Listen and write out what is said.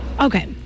Okay